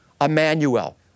Emmanuel